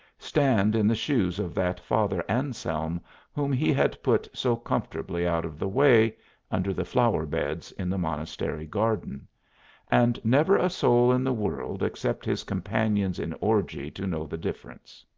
stand in the shoes of that father anselm whom he had put so comfortably out of the way under the flower-beds in the monastery garden and never a soul in the world except his companions in orgy to know the difference.